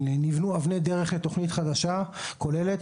ונבנו אבני דרך לתוכנית חדשה כוללת.